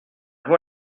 vaut